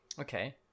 okay